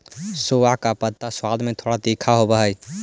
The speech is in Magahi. सोआ का पत्ता स्वाद में थोड़ा तीखा होवअ हई